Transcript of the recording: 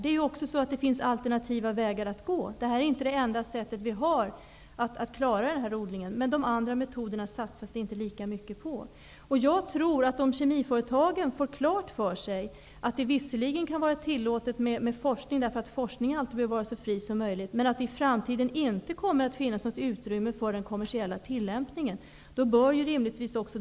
Det finns också alternativa vägar att gå. Det här är inte vårt enda sätt att klara odlingen, men det satsas inte lika mycket på de andra metoderna. Jag tror att det är bra om kemiföretagen får klart för sig att det visserligen är tillåtet med forskning, eftersom forskningen alltid skall vara så fri som möjligt, men att det i framtiden inte kommer att finnas något utrymme för den kommersiella tillämpningen.